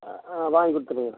ஆ வாங்கி கொடுத்துர்றேங்க